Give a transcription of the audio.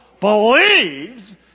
Believes